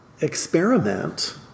experiment